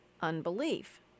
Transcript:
unbelief